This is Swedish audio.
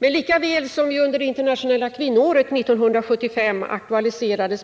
Men lika väl som vi under det internationella kvinnoåret 1975 speciellt aktualiserade